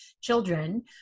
children